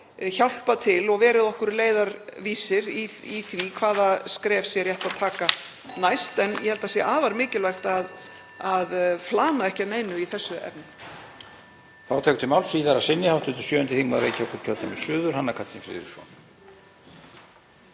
hjálpað til og verið okkur leiðarvísir í því hvaða skref sé rétt að stíga næst. (Forseti hringir.) En ég held að það sé afar mikilvægt að flana ekki að neinu í þessu efni.